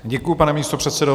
Děkuji, pane místopředsedo.